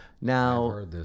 Now